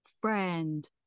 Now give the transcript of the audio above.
friend